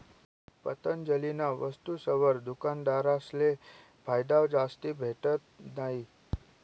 पतंजलीना वस्तुसवर दुकानदारसले फायदा जास्ती भेटत नयी